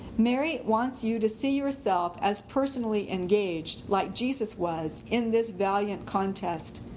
mary wants you to see yourself as personally engaged, like jesus was, in this valiant contest.